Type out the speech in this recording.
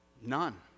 None